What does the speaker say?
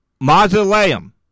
mausoleum